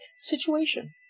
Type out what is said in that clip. situation